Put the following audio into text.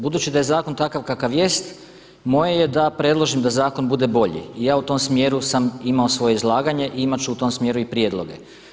Budući da je zakon takav kakav jest moje je da predložim da zakon bude bolji i ja u tom smjeru sam imao svoje izlaganje i imati ću u tom smjeru i prijedloge.